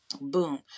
Boom